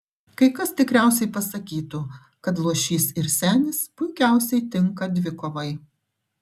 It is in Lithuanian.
kai kas tikriausiai pasakytų kad luošys ir senis puikiausiai tinka dvikovai